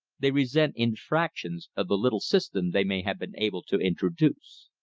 they resent infractions of the little system they may have been able to introduce.